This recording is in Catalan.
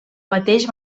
mateix